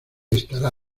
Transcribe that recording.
estará